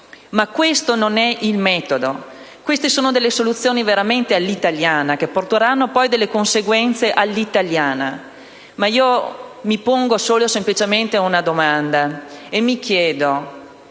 ma questo non è il metodo. Queste sono delle soluzioni veramente all'italiana che porteranno a conseguenze all'italiana. Io però mi pongo solo e semplicemente una domanda: non